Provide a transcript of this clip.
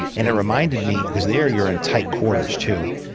and it reminded me because there, you're in tight quarters too.